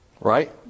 Right